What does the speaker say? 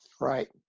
Right